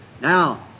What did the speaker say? Now